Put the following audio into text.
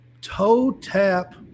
toe-tap